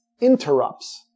interrupts